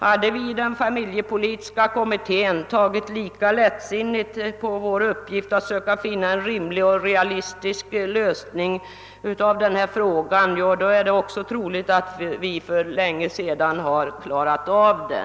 Hade vi i familjepolitiska kommittén tagit lika lätt på vår uppgift att söka finna en rimlig och realistisk lösning av denna fråga, så är det troligt att vi för länge sedan hade klarat av detta.